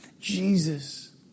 Jesus